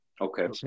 Okay